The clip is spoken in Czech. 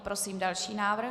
Prosím další návrh.